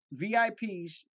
VIPs